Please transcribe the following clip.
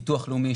ביטוח לאומי,